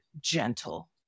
gentle